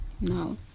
No